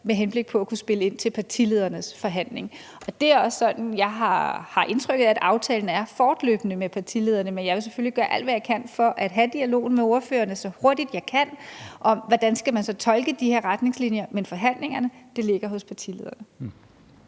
med henblik på at kunne spille ind til partiledernes forhandling. Det er også sådan, jeg har indtryk af at aftalen er fortløbende med partilederne, men jeg vil selvfølgelig gøre alt, hvad jeg kan, for at have dialogen med ordførerne så hurtigt, jeg kan, om, hvordan man så skal tolke de her retningslinjer. Men forhandlingerne ligger hos partilederne.